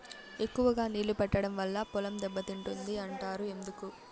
ఎక్కువగా నీళ్లు పెట్టడం వల్ల పొలం దెబ్బతింటుంది అంటారు ఎందుకు?